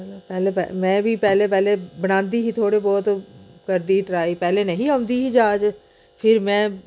पैह्ले पैह्ले में बी पैह्ले पैह्ले बनांदी ही थोह्ड़े बोह्त करदी ही ट्राई पैह्लें नेही औंदी ही जाच फिर में